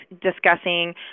discussing